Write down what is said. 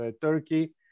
Turkey